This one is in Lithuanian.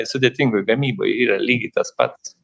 sudėtingoj gamyboj yra lygiai tas pats